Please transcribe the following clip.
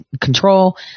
control